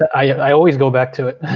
i always go back to it.